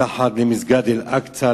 מתחת למסגד אל-אקצא,